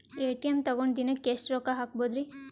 ATM ತಗೊಂಡ್ ದಿನಕ್ಕೆ ಎಷ್ಟ್ ರೊಕ್ಕ ಹಾಕ್ಬೊದ್ರಿ?